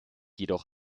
jedoch